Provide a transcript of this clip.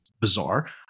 bizarre